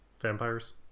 Vampires